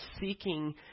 seeking